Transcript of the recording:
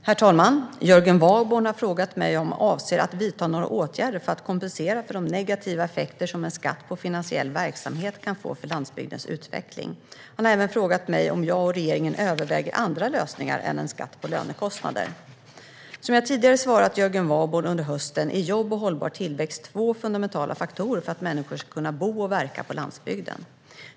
Herr talman! Jörgen Warborn har frågat mig om jag avser att vidta några åtgärder för att kompensera för de negativa effekter som en skatt på finansiell verksamhet kan få för landsbygdens utveckling. Han har även frågat mig om jag och regeringen överväger andra lösningar än en skatt på lönekostnader. Som jag tidigare svarat Jörgen Warborn under hösten är jobb och hållbar tillväxt två fundamentala faktorer för att människor ska kunna bo och verka på landsbygden.